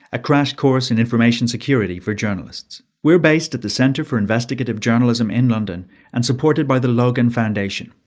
a crash course in information security for journalists. we're based at the centre for investigative journalism in london and supported by the logan foundation.